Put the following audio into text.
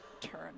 turn